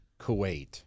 Kuwait